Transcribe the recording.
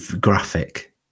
graphic